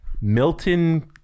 Milton